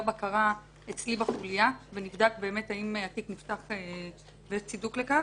בקרה אצלי בחוליה ונבדק באמת האם התיק נפתח ויש צידוק לכך.